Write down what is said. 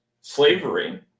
Slavery